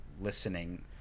listening